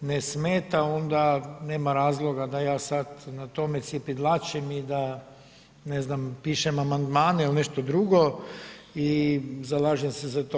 ne smeta onda nema razloga da ja sad na tome cjepidlačim i da ne znam pišem amandmane ili nešto drugo i zalažem se za to.